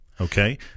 Okay